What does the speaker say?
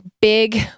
big